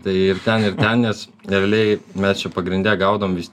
tai ir ten ir ten nes realiai mes čia pagrinde gaudom visi